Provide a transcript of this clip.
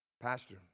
Pastor